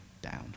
down